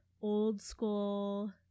old-school